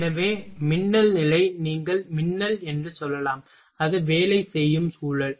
எனவே மின்னல் நிலை நீங்கள் மின்னல் என்று சொல்லலாம் அது வேலை செய்யும் சூழல்